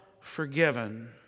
forgiven